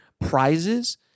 prizes